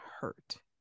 hurt